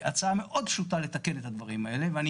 הצעה מאוד פשוטה לתקן את הדברים האלה ואני